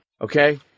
Okay